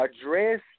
address